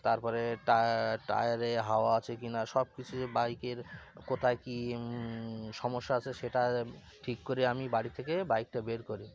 তার পরে টা টায়ারে হাওয়া আছে কি না সব কিছু বাইকের কোথায় কী সমস্যা আছে সেটা ঠিক করে আমি বাড়ি থেকে বাইকটা বের করি